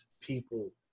people